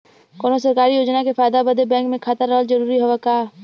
कौनो सरकारी योजना के फायदा बदे बैंक मे खाता रहल जरूरी हवे का?